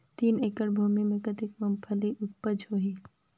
तीन एकड़ भूमि मे कतेक मुंगफली उपज होही?